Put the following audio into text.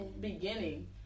beginning